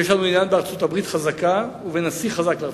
יש לנו עניין בארצות-הברית חזקה ובנשיא חזק לארצות-הברית.